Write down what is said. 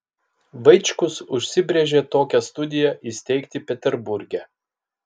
vaičkus užsibrėžė tokią studiją įsteigti peterburge